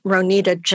Ronita